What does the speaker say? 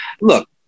look